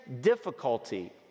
difficulty